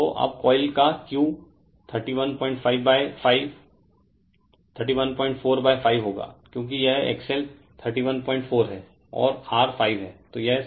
तो अब कोइल का Q 3145 होगा क्योंकि यह XL 314 हैं और R 5 है तो यह 63 है